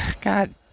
God